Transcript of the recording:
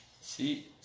see